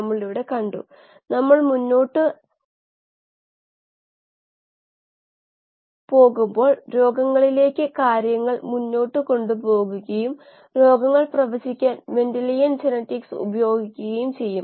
നമ്മൾ വീണ്ടും കണ്ടുമുട്ടുമ്പോൾ നമ്മൾ മൊഡ്യൂൾ 5 പറയും ഇത് ഈ കോഴ്സിന്റെ അവസാന മൊഡ്യൂളായിരിക്കും